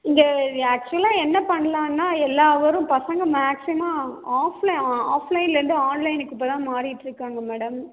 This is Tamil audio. இங்கே ஆக்சுவலாக என்ன பண்ணலான்னா எல்லாம் பசங்க மேக்சிமம் ஆஃப் ஆஃப்லைன்லேருந்து ஆன்லைனுக்கு இப்போதான் மாறிட்டிருக்காங்க மேடம்